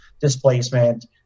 displacement